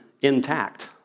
intact